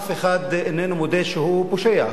אף אחד איננו מודה שהוא פושע,